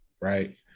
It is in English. right